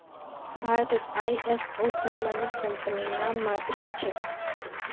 भारतत आई.एस.ओ प्रमाणित कंपनी नाममात्रेर छेक